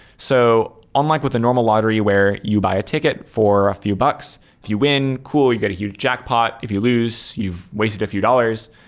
so unlike with the normal lottery where you buy a ticket for a few bucks. if you win, cool. you get a huge jackpot. if you lose, you've wasted a few dollars.